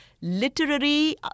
literary